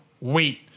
wait